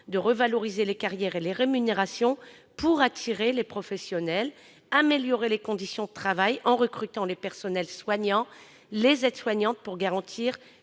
de revaloriser les carrières et les rémunérations pour attirer les professionnels, d'améliorer les conditions de travail en recrutant des personnels soignants, des aides-soignants notamment,